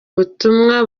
butumwa